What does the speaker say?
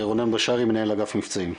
רונן בשארי, מנהל אגף מבצעים.